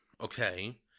okay